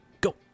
Go